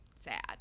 sad